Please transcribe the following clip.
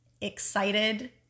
excited